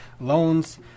loans